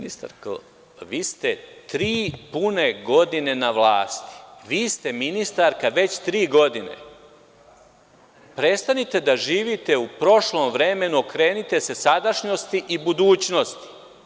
Ministarko, vi ste tri pune godine na vlasti, vi ste ministarka već tri godine, prestanite da živite u prošlom vremenu, okrenite se sadašnjosti i budućnosti.